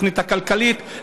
התוכנית הכלכלית,